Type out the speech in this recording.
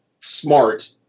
smart